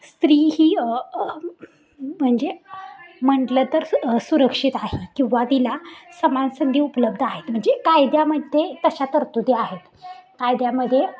स्त्री ही म्हणजे म्हटलं तर सुरक्षित आहे किंवा तिला समान संधी उपलब्ध आहेत म्हणजे कायद्यामध्ये तशा तरतुदी आहेत कायद्यामध्ये